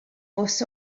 bws